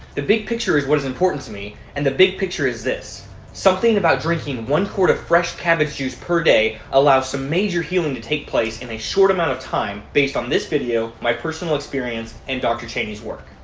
the big picture is what is important to me and the big picture is this something about drinking one quart of fresh cabbage juice per day allow some major healing to take place in a short amount of time based on this video, my personal experience, and dr. cheney's work.